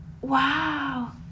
Wow